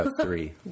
three